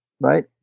right